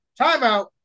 Timeout